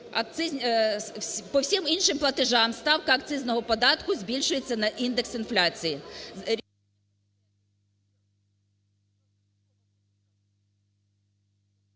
По всім іншим платежам ставка акцизного податку збільшується на індекс інфляції...